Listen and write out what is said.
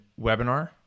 webinar